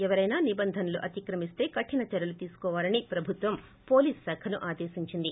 ఎవరైనా నిబందనలు అతిక్రమిస్తే కఠిన చర్యలు తీసుకోవాలని ప్రభుత్వం పోలీస్ శాఖను ఆదేశించింది